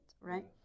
right